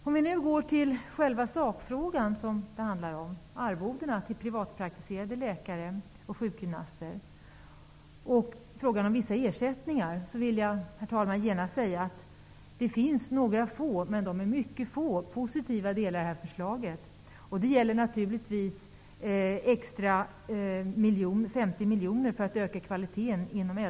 Om vi går till själva sakfrågan, dvs. arvodena till privatpraktiserande läkare och sjukgymnaster och frågan om vissa ersättningar, vill jag genast säga att det finns några få positiva delar i förslaget. De är mycket få. Det gäller naturligvis förslaget om att bevilja äldrevården 50 miljoner extra för att öka kvaliteten där.